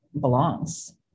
belongs